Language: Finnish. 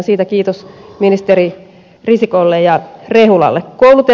siitä kiitos ministereille risikko ja rehula